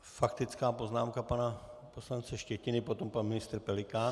Faktická poznámka pana poslance Štětiny, potom pan ministr Pelikán.